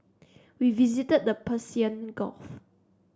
we visited the Persian Gulf